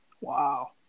Wow